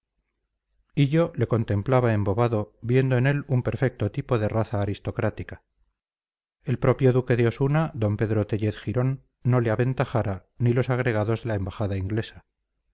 nativitate hillo le contemplaba embobado viendo en él un perfecto tipo de raza aristocrática el propio duque de osuna d pedro téllez girón no le aventajara ni los agregados de la embajada inglesa